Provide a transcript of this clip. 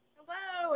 Hello